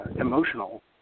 emotional